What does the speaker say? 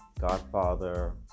Godfather